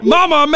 Mama